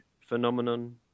phenomenon